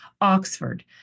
Oxford